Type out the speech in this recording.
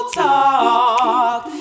talk